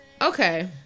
Okay